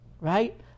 right